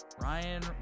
Ryan